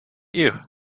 you